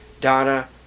Donna